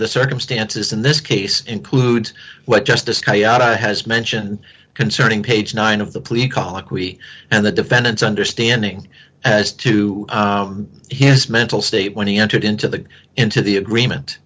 the circumstances in this case includes what justice has mentioned concerning page nine of the police colloquy and the defendant's understanding as to his mental state when he entered into the into the agreement